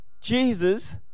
Jesus